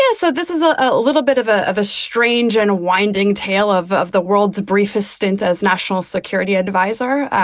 yeah so this is a little bit of ah of a strange and winding tale of of the world's briefest stint as national security adviser.